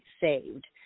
saved